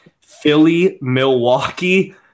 Philly-Milwaukee